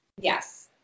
Yes